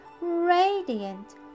radiant